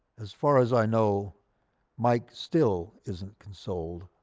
as far as i know mike still isn't consoled.